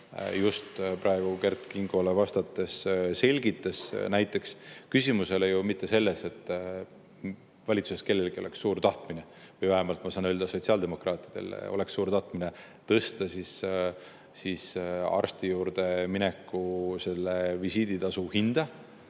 just praegu Kert Kingole vastates selgitas. Küsimus ei ole ju mitte selles, et valitsuses kellelgi oleks suur tahtmine või vähemalt, ma saan öelda, sotsiaaldemokraatidel oleks suur tahtmine tõsta arsti juurde mineku, selle visiiditasu hinda.